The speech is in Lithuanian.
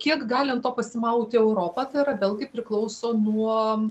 kiek gali ant to pasimauti europa tai yra vėlgi priklauso nuo